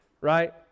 right